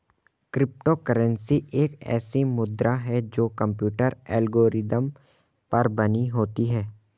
crypto currency एक ऐसी मुद्रा है जो कंप्यूटर एल्गोरिदम पर बनी होती है